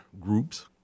groups